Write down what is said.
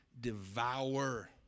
devour